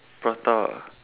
prata